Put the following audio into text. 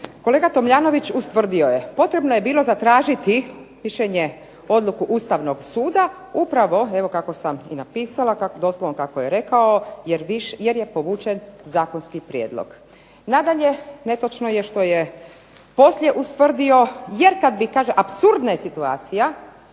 Kolega Tomljanović ustvrdio je potrebno je bilo zatražiti odluku, mišljenje Ustavnog suda upravo kako sam napisala, doslovno kako je rekao, jer je povučen zakonski prijedlog. Nadalje, netočno je što je poslije ustvrdio, jer kada bi kaže, apsurdna je situacija